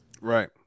Right